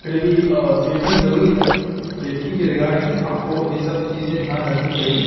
پھر بھی سیفٹی ضروری ہے سیفٹی کے ریگارڈنگ آپ کو یہ سب چیزیں دھیان رکھنی چاہیے